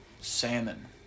Salmon